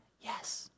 yes